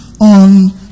on